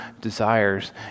desires